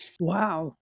Wow